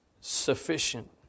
sufficient